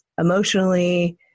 emotionally